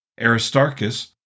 Aristarchus